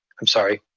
i'm sorry.